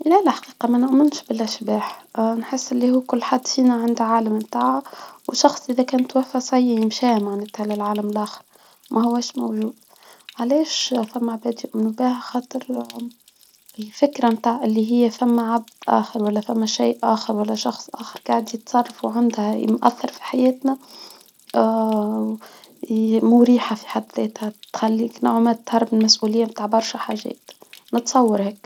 لا لا حقيقة ما نؤمنش بالشباح نحس أن كل حد فينا عنده العالم بتاعه وشخص اذا كان توفى صيم شام عن العالم الاخر ما هواش موجود علاش خاطر الفكرة متاع اللي هي فما عبد اخر ولا فما شيء اخر ولا شخص اخر قاعد يتصرف وعنده مأثر في حياتنا مريحة في حد ذاتها تخليك نوعا ما تتهرب من مسؤلية بتاع برشا حاجات نتصور هيك.